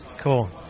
Cool